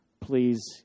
Please